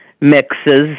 mixes